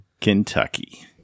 Kentucky